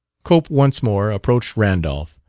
cope once more approached randolph,